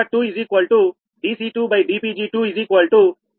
36pg232